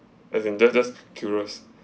as in just just curious